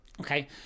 Okay